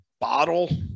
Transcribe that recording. bottle